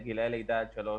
בלבד.